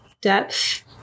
depth